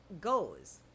goes